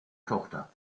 tochter